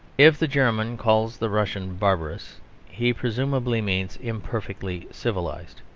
if the german calls the russian barbarous he presumably means imperfectly civilised.